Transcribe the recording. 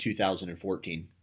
2014